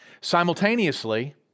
Simultaneously